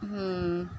हं